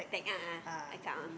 tag a'ah account